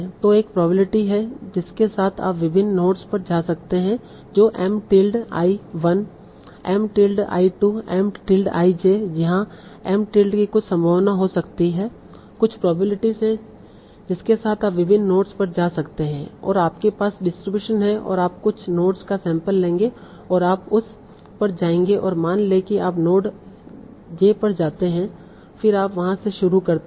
तो एक प्रोबेबिलिटी है जिसके साथ आप विभिन्न नोड्स पर जा सकते हैं जो M tilde i 1 M tilde i 2 M tilde i j यहाँ M टिल्ड की कुछ संभावना हो सकती है कुछ प्रोबेबिलिटी है जिसके साथ आप विभिन्न नोड्स पर जा सकते हैं और आपके पास डिस्ट्रीब्यूशन है और आप कुछ नोड का सैंपल लेंगे और आप उस पर जाएंगे और मान लें कि आप नोड j पर जाते हैं फिर आप वहां से शुरू करते हैं